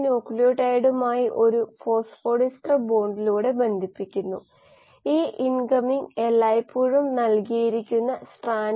അതിനാൽ ഒരു എയറോബിക് അവസ്ഥയിലുള്ള കൾച്ചർ ഫ്ലൂറസെൻസിനേക്കാൾ വളരെ കൂടുതലാണ് ഒരു എനേറോബിക് അവസ്ഥയിലുള്ള കൾച്ചർ ഫ്ലൂറസെൻസ്